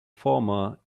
former